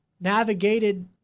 navigated